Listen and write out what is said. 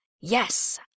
Yes